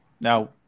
Now